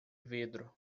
vidro